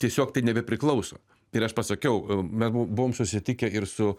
tiesiog tai nebepriklauso ir aš pasakiau mes buvom susitikę ir su